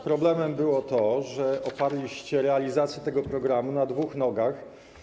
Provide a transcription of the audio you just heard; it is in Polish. Problemem było to, że oparliście realizację tego programu na dwóch nogach.